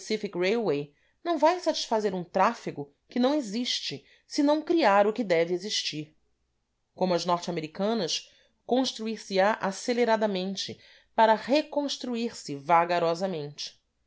railway não vai satisfazer um tráfego que não existe senão criar o que deve existir como as norte americanas construir se á aceleradamente para reconstruir se vagarosamente